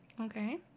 okay